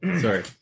Sorry